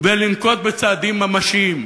ולנקוט צעדים ממשיים.